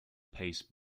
pace